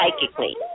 psychically